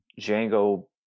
Django